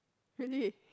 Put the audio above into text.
really